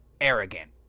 arrogant